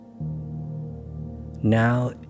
Now